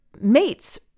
mates